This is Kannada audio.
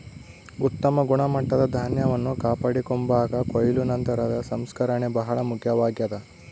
ಉತ್ತಮ ಗುಣಮಟ್ಟದ ಧಾನ್ಯವನ್ನು ಕಾಪಾಡಿಕೆಂಬಾಕ ಕೊಯ್ಲು ನಂತರದ ಸಂಸ್ಕರಣೆ ಬಹಳ ಮುಖ್ಯವಾಗ್ಯದ